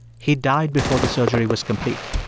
he died before the surgery was complete.